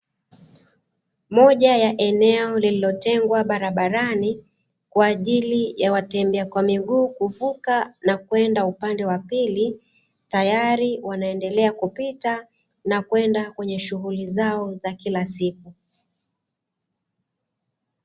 Moja ya eneo lililotengwa barabarani kwa ajili ya watembea kwa miguu kuvuka na kwenda upande wa pili, tayari wanaendelea kupita na kwenda kwenye shughuli zao za kila siku.